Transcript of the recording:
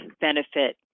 benefit